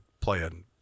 playing